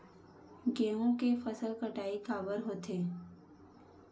गेहूं के फसल कटाई काबर होथे?